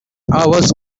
hours